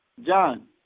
John